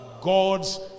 God's